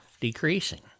decreasing